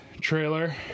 trailer